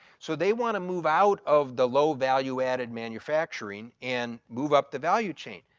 so they wanna move out of the low value added manufacturing and move up the value chain.